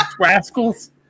rascals